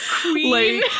queen